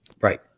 right